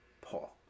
Paul